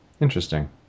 Interesting